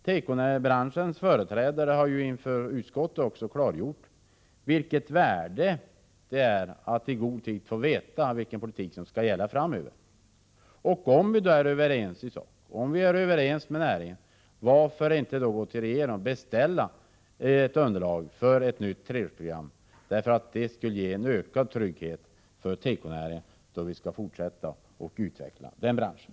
Tekobranschens företrädare har också inför utskottet klargjort, av vilket värde det är att i god tid få veta vilken politik som skall gälla framöver. Om vi i sak är överens med näringen — varför då inte från regeringen beställa ett underlag för ett nytt treårsprogram? Det skulle ge en ökad trygghet för tekonäringen då vi skall fortsätta att utveckla den branschen.